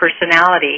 personality